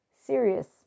serious